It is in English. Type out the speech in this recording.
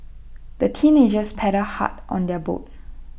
the teenagers paddled hard on their boat